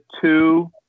two